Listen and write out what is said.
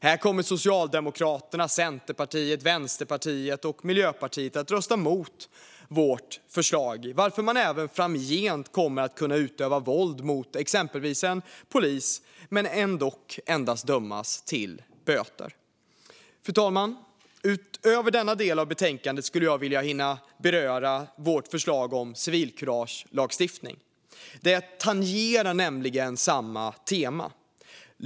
Här kommer Socialdemokraterna, Centerpartiet, Vänsterpartiet och Miljöpartiet att rösta mot vårt förslag, varför man även framgent kommer att kunna utöva våld mot exempelvis en polis men ändock dömas endast till böter. Fru talman! Utöver denna del av betänkandet skulle jag vilja hinna beröra vårt förslag om en civilkuragelagstiftning. Det tangerar nämligen samma tema.